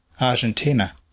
Argentina